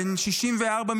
בן 64,